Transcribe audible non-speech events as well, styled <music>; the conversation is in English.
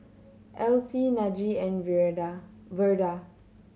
Else Najee and <unintelligible> Verda